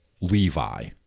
Levi